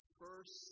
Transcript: first